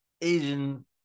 Asian